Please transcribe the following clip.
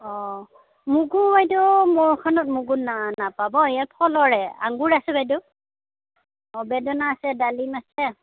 অ মগু বাইদেউ মোৰখনত মোৰগুৰিত না নাপাব ইয়াত ফলৰহে আঙুৰ আছে বাইদেউ অ বেদানা আছে ডালিম আছে